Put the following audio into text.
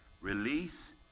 release